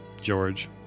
George